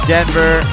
Denver